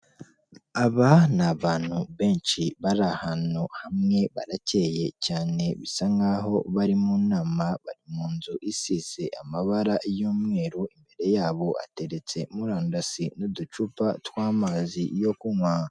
Aba ni abantu benshi bari ahantu hamwe barakeye cyane bisa nkaho bari mu nama, bari mu nzu isize amabara y'umweru, imbere yabo hateretse murandasi n'uducupa tw'amazi yo kunywa.